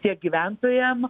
tiek gyventojam